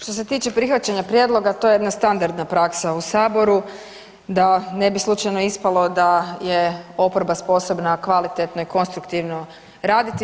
Što se tiče prihvaćanja prijedloga to je jedna standardna praksa u Saboru da ne bi slučajno ispalo da je oporba sposobna kvalitetno i konstruktivno raditi.